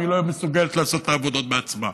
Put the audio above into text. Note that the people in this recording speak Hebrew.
אם היא לא מסוגלת לעשות את העבודות בעצמה,